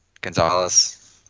gonzalez